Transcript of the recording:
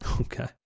okay